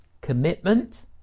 commitment